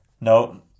no